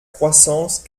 croissance